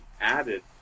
added